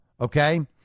Okay